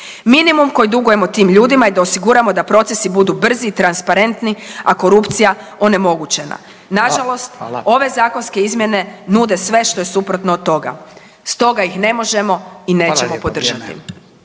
Minimum koji dugujemo tim ljudima je da osiguramo da procesi budu brzi i transparentni, a korupcija onemogućena. Nažalost, ove zakonske izmjene nude sve što je suprotno od toga. Stoga ih ne možemo i nećemo podržati.